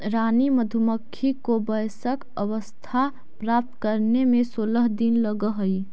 रानी मधुमक्खी को वयस्क अवस्था प्राप्त करने में सोलह दिन लगह हई